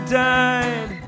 died